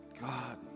God